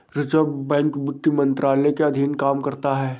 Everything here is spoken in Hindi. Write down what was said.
रिज़र्व बैंक वित्त मंत्रालय के अधीन काम करता है